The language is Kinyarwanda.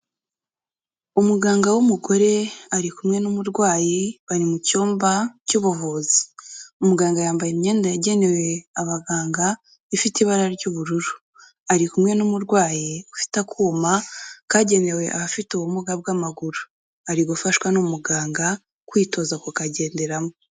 Umuganga w'umugore, ari kumwe n'umurwayi, bari mu cyumba cy'ubuvuzi. Umuganga yambaye imyenda yagenewe abaganga, ifite ibara ry'ubururu. Ari kumwe n'umurwayi ufite akuma kagenewe abafite ubumuga bw'amaguru. Ari gufashwa n'umuganga, kwitoza kukagenderamo.